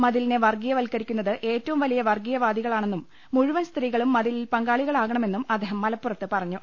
മതിലിനെ വർഗീയവത്ക്കരിക്കുന്നത് ഏറ്റവും വലിയ വർഗ്ഗീയവാദികളാണെന്നും മുഴുവൻ സ്ത്രീകളും മതിലിൽ പങ്കാ ളികളാക ണ മെന്നും അദ്ദേഹം മലപ്പുറത്ത് പറഞ്ഞു